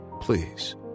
please